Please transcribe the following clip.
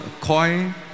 coin